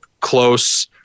close